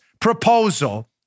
proposal